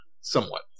somewhat